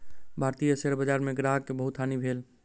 भारतीय शेयर बजार में ग्राहक के बहुत हानि भेल